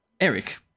Eric